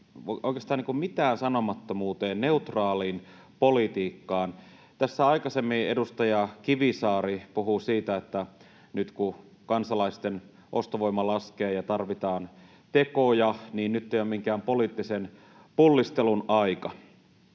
oikeastaan mitäänsanomattomuuteen, neutraaliin politiikkaan. Tässä aikaisemmin edustaja Kivisaari puhui siitä, että nyt kun kansalaisten ostovoima laskee ja tarvitaan tekoja, ei ole minkään poliittisen pullistelun aika.